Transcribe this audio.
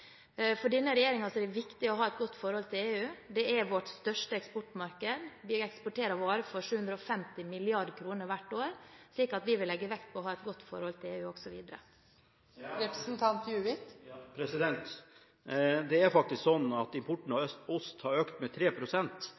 For denne regjeringen er det viktig å ha et godt forhold til EU. Det er vårt største eksportmarked, vi eksporterer varer for 750 mrd. kr hvert år, så vi vil også videre legge vekt på å ha et godt forhold til EU. Det er faktisk sånn at importen av ost har økt med